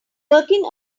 working